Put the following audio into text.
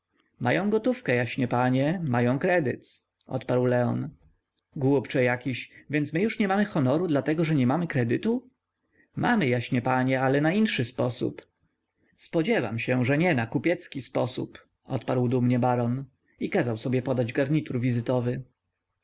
mają gotówkę jaśnie panie mają kredyt odparł leon głupcze jakiś więc my już nie mamy honoru dlatego że nie mamy kredytu mamy jaśnie panie ale na inszy sposób spodziewam się że nie na kupiecki sposób odparł dumnie baron i kazał sobie podać garnitur wizytowy